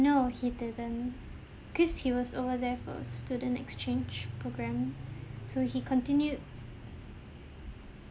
no he doesn't this he was over there for student exchange program so he continued